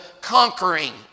conquering